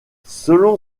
selon